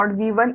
V 1